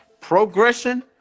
progression